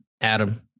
Adam